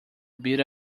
bit